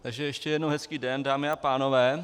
Takže ještě jednou hezký den, dámy a pánové.